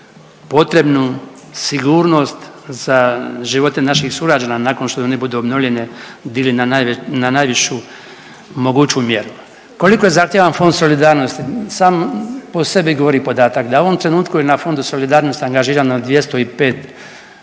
potrebnu sigurnost za živote naših sugrađana nakon što one budu obnovljene digli na najvišu moguću mjeru. Koliko je zahtjevan Fond solidarnosti sam po sebi govori podatak da u ovom trenutku je na Fondu solidarnosti angažirano 200